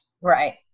Right